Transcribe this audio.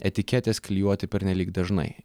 etiketės klijuoti pernelyg dažnai